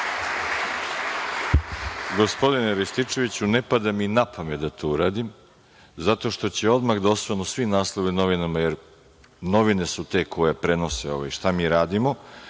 Gospodine Rističeviću, ne pada mi na pamet da to uradim zato što će odmah da osvanu svi naslovi u novinama, jer novine su te koje prenose šta mi radimo,